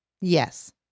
Yes